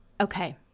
Okay